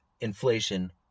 inflation